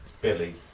Billy